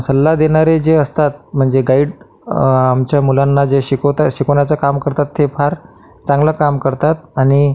सल्ला देणारे जे असतात म्हणजे गाईड आमच्या मुलांना जे शिकवत आहे शिकवण्याचं काम करतात ते फार चांगलं काम करतात आणि